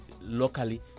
locally